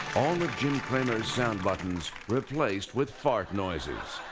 all of jim cramer's sound buttons replaced with fart noises.